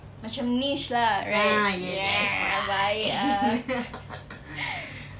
macam niche lah right ya baik ah